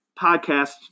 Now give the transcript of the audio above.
podcast